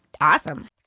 awesome